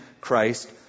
Christ